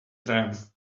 triumph